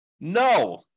No